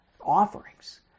offerings